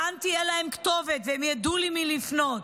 כאן תהיה להם כתובת, והם ידעו למי לפנות.